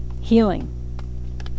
healing